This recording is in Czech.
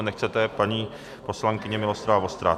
Nechcete, paní poslankyně, Miloslava Vostrá.